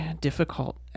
difficult